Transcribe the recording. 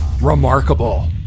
remarkable